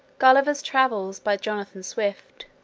gulliver's travels by jonathan swift